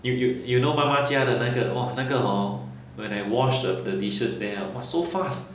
you you you know 妈妈家的那个 oh 那个 hor when I wash the the dishes there uh !wah! so fast